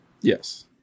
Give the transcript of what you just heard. Yes